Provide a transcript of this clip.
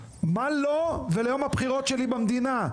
מה לו וליום הבחירות שלי במדינה,